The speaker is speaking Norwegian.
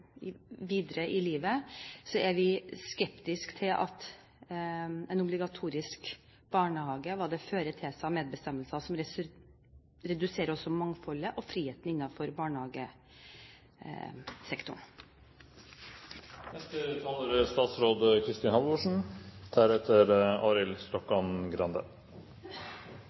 videre i livet, er vi skeptisk til en obligatorisk barnehage og hva det fører med seg når det gjelder medbestemmelse. Det reduserer også mangfoldet og friheten